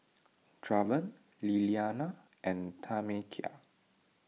Draven Lilianna and Tamekia